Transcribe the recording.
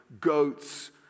goats